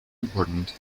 important